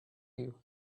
you